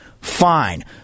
fine